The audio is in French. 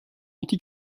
anti